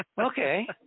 Okay